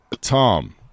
Tom